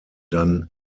dann